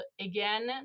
again